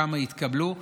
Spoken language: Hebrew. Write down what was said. כמה התקבלו.